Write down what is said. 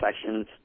sections